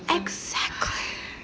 exactly